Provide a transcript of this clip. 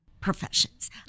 professions